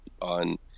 on